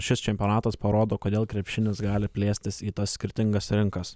šis čempionatas parodo kodėl krepšinis gali plėstis į tas skirtingas rinkas